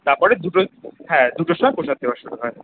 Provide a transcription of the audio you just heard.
তরপরে দুটোয় হ্যাঁ দুটোর সময় প্রসাদ দেওয়া শুরু হয়